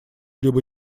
либо